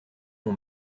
mon